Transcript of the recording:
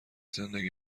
زندگی